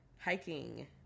hiking